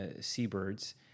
seabirds